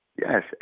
Yes